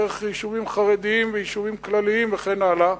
דרך יישובים חרדיים ויישובים כלליים וכן הלאה,